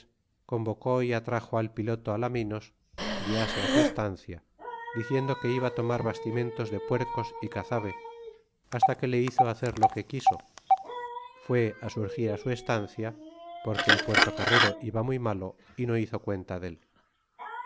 convocó é atraxo al piloto alamittos guiase á su estancia diciendo que iba á tomar bastimentos de puercos y cazabe hasta que le hizo hacer lo que quiso fué á surgir su estancia porque el puertocarrero iba muy malo y no hizo cuenta dé